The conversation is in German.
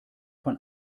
von